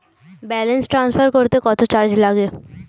Balance transfer করতে কত charge লাগে?